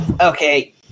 Okay